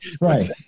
Right